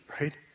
right